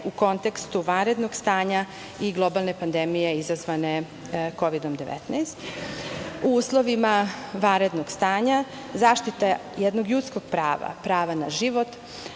u kontekstu vanrednog stanja i globalne pandemije izazvane Kovidom-19. U uslovima vanrednog stanja zaštita jednog ljudskog prava, prava na život,